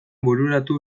bururatu